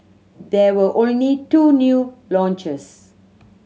there were only two new launches